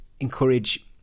encourage